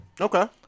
Okay